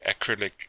acrylic